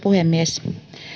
puhemies